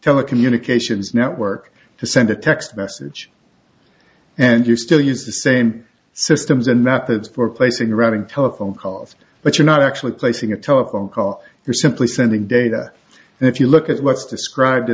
telecommunications network to send a text message and you still use the same systems and that is for placing routing telephone calls but you're not actually placing a telephone call you're simply sending data and if you look at what's described i